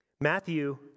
Matthew